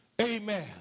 Amen